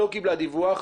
הוועדה לא קיבלה דיווח.